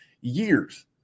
years